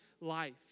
life